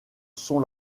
sont